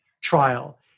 trial